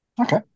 okay